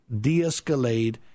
de-escalate